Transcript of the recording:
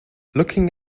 looking